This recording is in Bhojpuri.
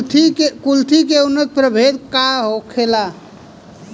कुलथी के उन्नत प्रभेद का होखेला?